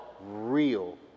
real